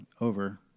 over